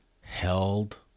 held